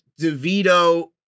DeVito